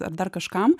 ar dar kažkam